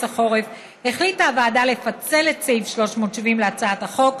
החורף החליטה הוועדה לפצל את סעיף 370 להצעת החוק,